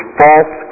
false